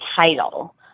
title